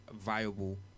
viable